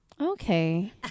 Okay